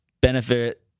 benefit